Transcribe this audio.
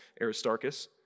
Aristarchus